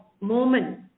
moment